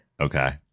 Okay